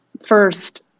First